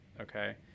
okay